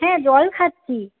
হ্যাঁ জল খাচ্ছি